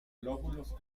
lóbulos